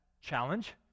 challenge